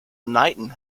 knighton